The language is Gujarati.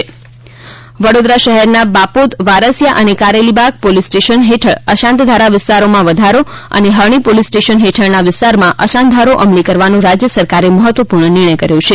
અશાંત ધારો વડોદરા વડોદરા શહેરના બાપોદ વારસીયા અને કારેલી બાગ પોલીસ સ્ટેશન હેઠળ અશાંત ધારા વિસ્તારોમાં વધારો અને હરણી પોલીસ સ્ટેશન હેઠળના વિસ્તારમાં અશાંત ધારો અમલી કરવાનો રાજ્ય સરકારે મહત્વપૂર્ણ નિર્ણય કર્યો છે